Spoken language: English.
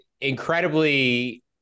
Incredibly